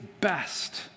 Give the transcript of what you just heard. best